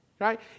right